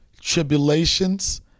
tribulations